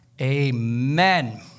Amen